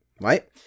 right